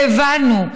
הבנו,